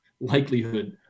likelihood